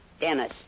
Dennis